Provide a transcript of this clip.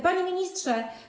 Panie Ministrze!